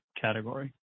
category